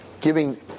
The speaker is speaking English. giving